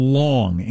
long